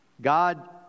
God